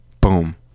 boom